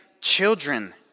Children